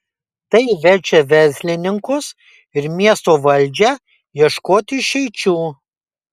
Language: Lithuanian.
tai verčia verslininkus ir miesto valdžią ieškoti išeičių